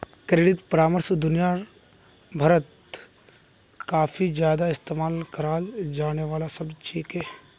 credit परामर्श दुनिया भरत काफी ज्यादा इस्तेमाल कराल जाने वाला शब्द छिके